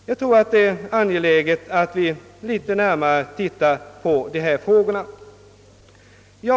Jag tror att det är angeläget att vi något närmare ser på dessa frågor.